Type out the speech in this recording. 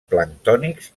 planctònics